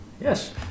Yes